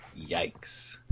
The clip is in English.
Yikes